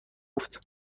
گفت